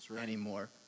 anymore